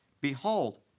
Behold